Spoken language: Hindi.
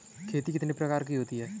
खेती कितने प्रकार की होती है?